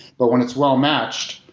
but when it's well-matched,